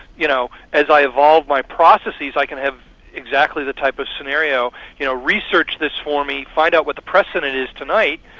you know as i evolve my processes, i can have exactly the type of scenario you know research this for me, find out what the precedent is tonight,